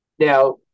Now